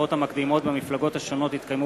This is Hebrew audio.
הבחירות המקדימות במפלגות השונות התקיימו